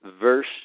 Verse